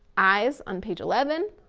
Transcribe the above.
eyes on page eleven.